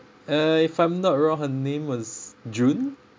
uh if I'm not wrong her name was june